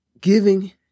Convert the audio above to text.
giving